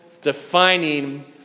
defining